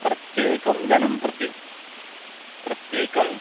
प्रत्येकं जनं प्रति प्रत्येकं